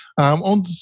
On